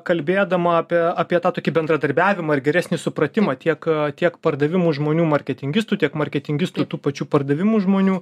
kalbėdama apie apie tą tokį bendradarbiavimą ir geresnį supratimą tiek tiek pardavimų žmonių marketingistų tiek marketingistų tų pačių pardavimų žmonių